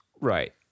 Right